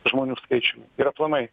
žmonių skaičiumi ir aplamai